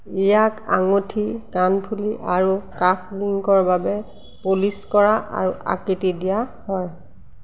ইয়াক আঙুঠি কাণফুলি আৰু কাফলিংকৰ বাবে পলিছ কৰা আৰু আকৃতি দিয়া হয়